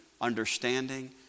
understanding